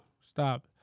Stop